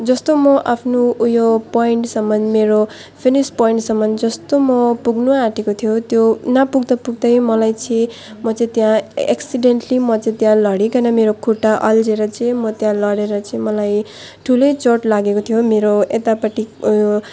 जस्तो म आफ्नो ऊ यो पोइन्टसम्म मेरो फिनिस पोइन्टसम्म जस्तो म पुग्नु आटेको थियो त्यो नापुग्दा पुग्दै मलाई चाहिँ म चाहिँ त्यहाँ एक्सिडेन्टली म चाहिँ त्यहाँ लडिकन मेरो खुट्टा अल्झिएर चाहिँ म त्यहाँ लडेर चाहिँ मलाई ठुलै चोट लागेको थियो मेरो यतापट्टि ऊ यो